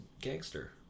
gangster